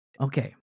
Okay